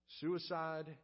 Suicide